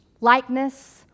likeness